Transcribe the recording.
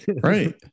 Right